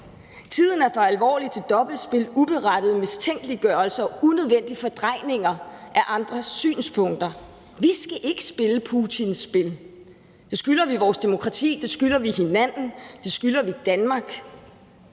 Tiden er for alvorlig til dobbeltspil, uberettiget mistænkeliggørelse og unødvendige fordrejninger af andres synspunkter. Vi skal ikke spille Putins spil. Det skylder vi vores demokrati, det skylder vi hinanden, og det skylder vi Danmark.